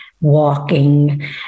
walking